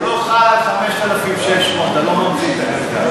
הוא לא חל על 5,600. אתה לא ממציא את הגלגל.